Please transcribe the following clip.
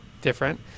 different